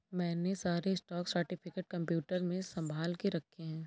मैंने सारे stock certificate computer में संभाल के रखे हैं